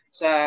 sa